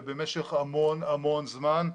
ובמשך המון המון זמן,